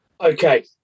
okay